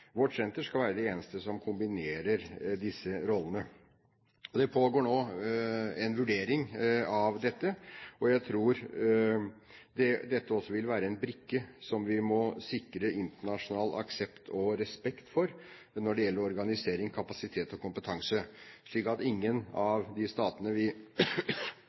Vårt senter skal være det eneste som kombinerer disse rollene. Det pågår nå en vurdering av dette, og jeg tror dette også vil være en brikke som vi må sikre internasjonal aksept og respekt for når det gjelder organisering, kapasitet og kompetanse, slik at ingen av de statene vi